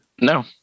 No